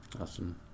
Awesome